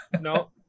no